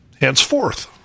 henceforth